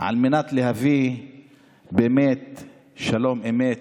על מנת להביא שלום אמת,